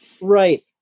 Right